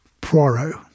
Poirot